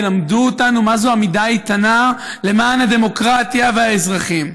ילמדו אותנו מה זו עמידה איתנה למען הדמוקרטיה והאזרחים.